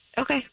Okay